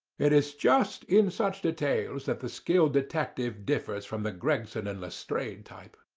it is just in such details that the skilled detective differs from the gregson and lestrade type.